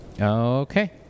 Okay